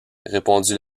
répondit